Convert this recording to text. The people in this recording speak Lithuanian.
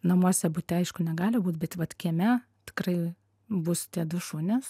namuose būti aišku negali būt bet vat kieme tikrai bus tie du šunys